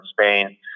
Spain